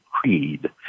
creed